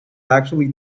actually